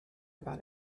about